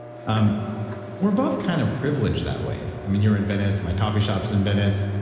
um we're both kind of privileged that way. i mean, you're in venice, my coffee shop's in venice.